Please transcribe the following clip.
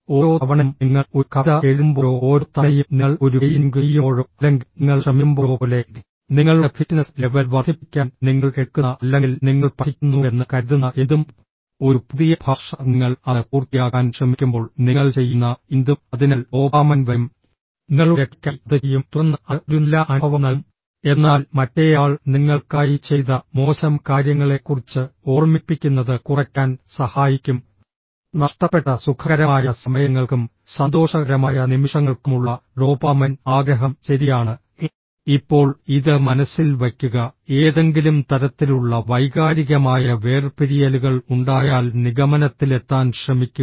ഓരോ തവണയും നിങ്ങൾ ഒരു കവിത എഴുതുമ്പോഴോ ഓരോ തവണയും നിങ്ങൾ ഒരു പെയിന്റിംഗ് ചെയ്യുമ്പോഴോ അല്ലെങ്കിൽ നിങ്ങൾ ശ്രമിക്കുമ്പോഴോ പോലെ നിങ്ങളുടെ ഫിറ്റ്നസ് ലെവൽ വർദ്ധിപ്പിക്കാൻ നിങ്ങൾ എടുക്കുന്ന അല്ലെങ്കിൽ നിങ്ങൾ പഠിക്കുന്നുവെന്ന് കരുതുന്ന എന്തും ഒരു പുതിയ ഭാഷ നിങ്ങൾ അത് പൂർത്തിയാക്കാൻ ശ്രമിക്കുമ്പോൾ നിങ്ങൾ ചെയ്യുന്ന എന്തും അതിനാൽ ഡോപാമൈൻ വരും നിങ്ങളുടെ രക്ഷയ്ക്കായി അത് ചെയ്യും തുടർന്ന് അത് ഒരു നല്ല അനുഭവം നൽകും എന്നാൽ മറ്റേയാൾ നിങ്ങൾക്കായി ചെയ്ത മോശം കാര്യങ്ങളെക്കുറിച്ച് ഓർമ്മിപ്പിക്കുന്നത് കുറയ്ക്കാൻ സഹായിക്കും നഷ്ടപ്പെട്ട സുഖകരമായ സമയങ്ങൾക്കും സന്തോഷകരമായ നിമിഷങ്ങൾക്കുമുള്ള ഡോപാമൈൻ ആഗ്രഹം ശരിയാണ് ഇപ്പോൾ ഇത് മനസ്സിൽ വയ്ക്കുക ഏതെങ്കിലും തരത്തിലുള്ള വൈകാരികമായ വേർപിരിയലുകൾ ഉണ്ടായാൽ നിഗമനത്തിലെത്താൻ ശ്രമിക്കുക